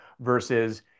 versus